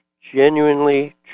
genuinely